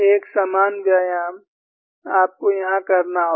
एक समान व्यायाम आपको यहां करना होगा